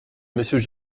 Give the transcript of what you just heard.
monsieur